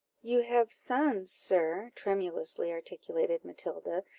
you have sons, sir, tremulously articulated matilda,